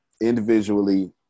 individually